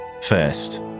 first